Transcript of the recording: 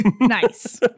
Nice